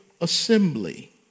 assembly